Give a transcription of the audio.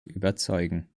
überzeugen